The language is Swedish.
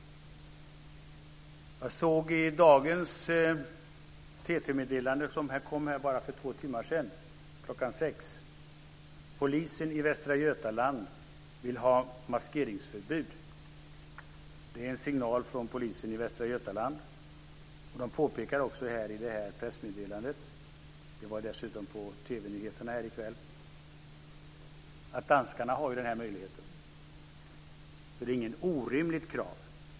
Jag såg i ett TT-meddelande som kom för bara två timmar sedan, klockan sex, att polisen i Västra Götaland vill ha maskeringsförbud. Det är en signal från polisen i Västra Götaland. Man påpekar också i pressmeddelandet - det togs förresten upp på TV nyheterna i kväll - att danskarna har denna möjlighet. Det är alltså inget orimligt krav.